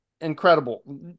Incredible